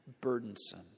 burdensome